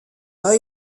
pas